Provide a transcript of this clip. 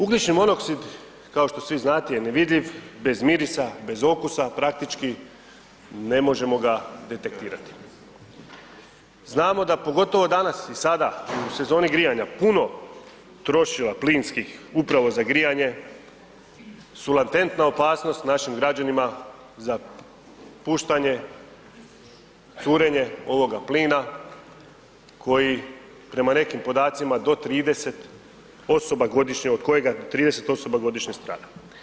Ugljični monoksid, kao što svi znate je nevidljiv, bez mirisa, bez okusa, praktički ne možemo ga detektirati, znamo da pogotovo danas i sada u sezoni grijanja puno trošila plinskih upravo za grijanje su latentna opasnost našim građanima za puštanje, curenje ovoga plina koji prema nekim podacima do 30 osoba godišnje, od kojega 30 osoba godišnje strada.